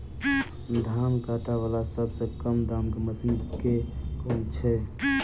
धान काटा वला सबसँ कम दाम केँ मशीन केँ छैय?